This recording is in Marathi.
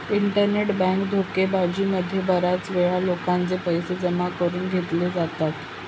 इंटरनेट बँक धोकेबाजी मध्ये बऱ्याच वेळा लोकांचे पैसे जमा करून घेतले जातात